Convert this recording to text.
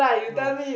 no